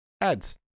Ads